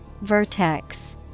Vertex